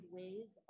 ways